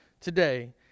today